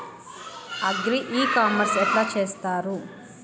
Agri e commerce ఎట్ల చేస్తరు?